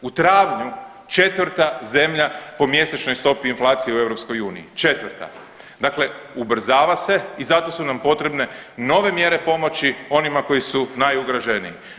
U travnju 4 zemlja po mjesečnoj stopi inflacije u EU, 4. Dakle, ubrzava se i za to su nam potrebne nove mjere pomoći onima koji su najugroženiji.